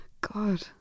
God